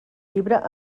llibre